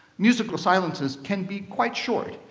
musical silences can be quite short.